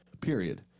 period